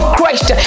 Christ